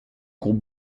groupe